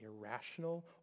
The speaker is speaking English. irrational